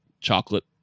Chocolate